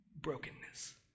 brokenness